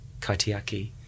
kaitiaki